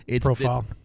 profile